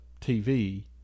TV